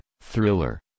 thriller